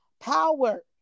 power